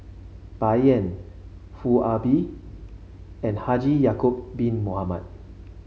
Bai Yan Foo Ah Bee and Haji Ya'acob Bin Mohamed